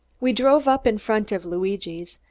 we drove up in front of luigi's,